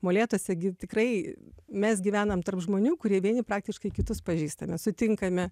molėtuose gi tikrai mes gyvenam tarp žmonių kurie vieni praktiškai kitus pažįstame sutinkame